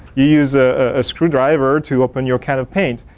you use a a screw driver to open your can of paint.